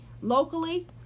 locally